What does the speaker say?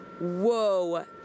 whoa